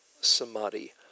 samadhi